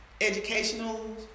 Educational